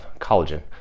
collagen